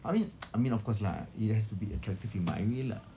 I mean I mean of course lah it has to be attractive in my way lah